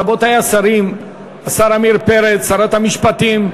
רבותי השרים, השר עמיר פרץ, שרת המשפטים.